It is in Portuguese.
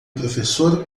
professor